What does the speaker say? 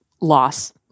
loss